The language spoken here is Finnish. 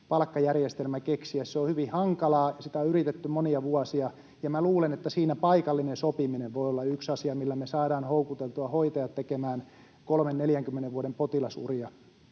palkkajärjestelmä keksiä. Se on hyvin hankalaa, sitä on yritetty monia vuosia, ja minä luulen, että siinä paikallinen sopiminen voi olla yksi asia, millä me saadaan houkuteltua hoitajat tekemään 30—40 vuoden potilasuria,